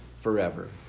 forever